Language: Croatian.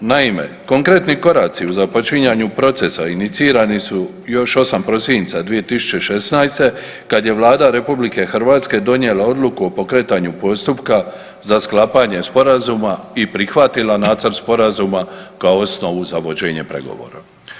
Naime, konkretni koraci u započinjanju procesa inicirani su još 8. prosinca 2016. kad je Vlada RH donijela odluku o pokretanju postupka za sklapanje Sporazuma i prihvatila nacrt Sporazuma kao osnovu za vođenje pregovora.